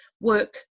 work